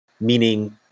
meaning